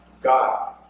God